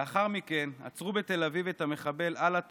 לאחר מכן עצרו בתל אביב את המחבל עלאא טוויל,